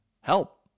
help